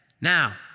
Now